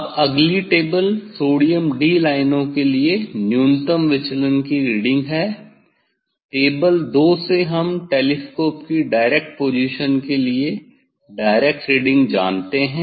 अब अगली table sodium D लाइनों के लिए न्यूनतम विचलन की रीडिंग है टेबल 2 से हम टेलीस्कोप की डायरेक्ट पोजीशन के लिए डायरेक्ट रीडिंग जानते हैं